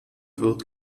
wird